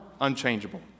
unchangeable